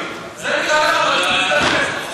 זה נראה לך,